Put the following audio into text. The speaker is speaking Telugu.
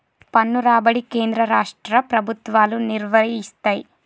పన్ను రాబడి కేంద్ర రాష్ట్ర ప్రభుత్వాలు నిర్వయిస్తయ్